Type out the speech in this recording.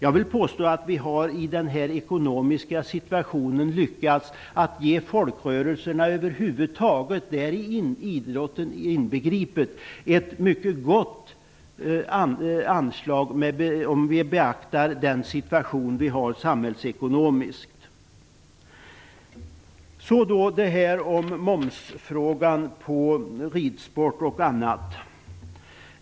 Jag vill påstå att vi, om vi beaktar den samhällsekonomiska situationen, har lyckats att ge folkrörelserna över huvud taget - och det inbegriper även idrotten - ett mycket gott anslag. Så över till frågan om moms på ridsport och annat.